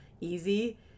easy